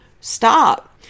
stop